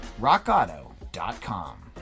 RockAuto.com